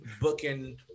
booking